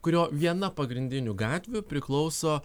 kurio viena pagrindinių gatvių priklauso